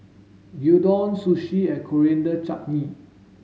Gyudon Sushi and Coriander Chutney